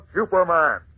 Superman